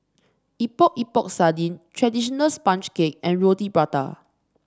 Epok Epok Sardin traditional sponge cake and Roti Prata